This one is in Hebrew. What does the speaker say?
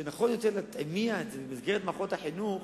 שנכון יותר להטמיע את זה במסגרת מערכות החינוך